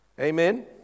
Amen